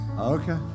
Okay